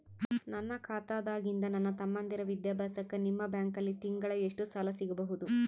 ನನ್ನ ಖಾತಾದಾಗಿಂದ ನನ್ನ ತಮ್ಮಂದಿರ ವಿದ್ಯಾಭ್ಯಾಸಕ್ಕ ನಿಮ್ಮ ಬ್ಯಾಂಕಲ್ಲಿ ತಿಂಗಳ ಎಷ್ಟು ಸಾಲ ಸಿಗಬಹುದು?